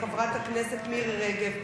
חברת הכנסת מירי רגב,